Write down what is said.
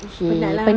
penat lah